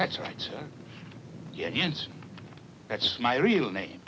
that's right yes that's my real name